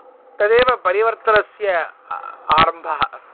तदेव परिवर्तनस्य आरम्भः